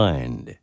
Mind